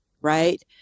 right